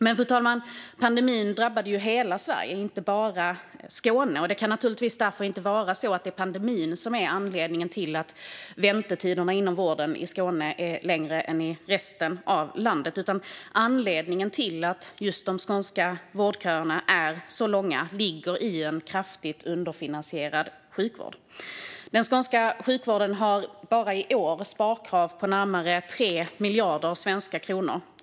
Men pandemin drabbade ju hela Sverige, inte bara Skåne. Därför kan det inte vara pandemin som är anledningen till att väntetiderna inom vården i Skåne är längre än i resten av landet. Anledningen till att just de skånska vårdköerna är så långa är en kraftigt underfinansierad sjukvård. Den skånska sjukvården har bara i år sparkrav på närmare 3 miljarder svenska kronor.